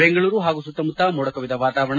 ಬೆಂಗಳೂರು ಹಾಗೂ ಸುತ್ತಮುತ್ತಾ ಮೋಡ ಕವಿದ ವಾತಾವರಣ